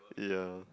ya